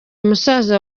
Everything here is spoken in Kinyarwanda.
musaza